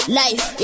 life